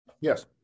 Yes